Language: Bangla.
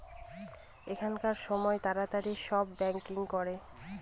এখনকার সময় তাড়াতাড়ি সব ব্যাঙ্কিং করে